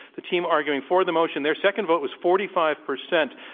the team arguing for the motion, their second vote was forty five percent.